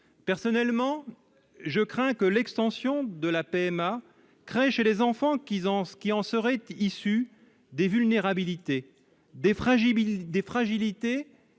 crains, pour ma part, que l'extension de la PMA ne crée chez les enfants qui en seraient issus des vulnérabilités, des fragilités